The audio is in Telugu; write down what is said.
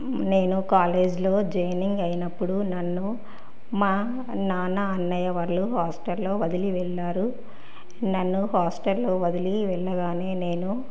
నేను కాలేజ్లో జాయిన్ అయినప్పుడు నన్ను మా నాన్న అన్నయ్య వాళ్ళు హాస్టల్లో వదిలి వెళ్ళారు నన్ను హాస్టల్లో వదిలి వెళ్ళగానే నేను